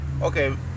okay